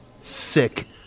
sick